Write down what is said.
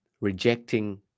rejecting